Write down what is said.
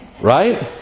right